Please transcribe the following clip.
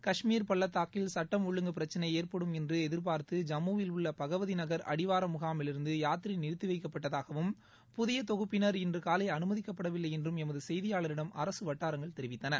கஷ்மீர் பள்ளத்தாக்கில் சட்டம் ஒழுங்கு பிரச்சினை ஏற்படும் என்று எதியார்த்து ஜம்முவில் உள்ள பகவதிநகா் அடிவார முகாமிலிருந்து யாத்திரை நிறுத்தி வைக்கப்பட்டதாகவும் புதிய தொகுப்பினா் இன்று காலை அனுமதிக்கப்படவில்லை என்றும் எமது செய்தியாளரிடம் அரசு வட்டாரங்கள் தெரிவித்தன